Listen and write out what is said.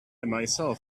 myself